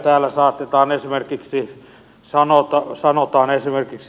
täällä sanotaan esimerkiksi